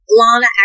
Lana